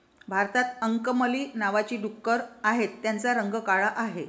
भारतात अंकमली नावाची डुकरं आहेत, त्यांचा रंग काळा आहे